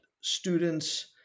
students